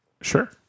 Sure